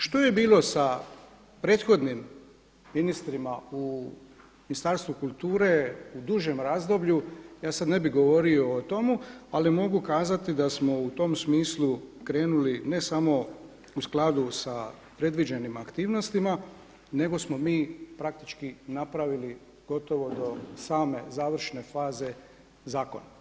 Što je bilo sa prethodnim ministrima u Ministarstvu kulture u dužem razdoblju, ja sada ne bih govorio o tome ali mogu kazati da smo u tom smislu krenuli ne samo u skladu sa predviđenim aktivnostima nego smo mi praktički napravili gotovo do same završne faze zakon.